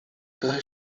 trochę